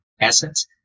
assets